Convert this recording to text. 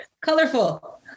colorful